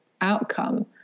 outcome